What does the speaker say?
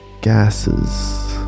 Gases